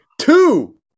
Two